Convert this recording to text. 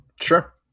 Sure